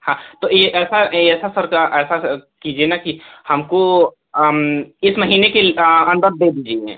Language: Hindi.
हाँ तो ये ऐसा ये ऐसा सर का ऐसा कीजिए न कि हमको इस महीने के अंदर दे दीजिए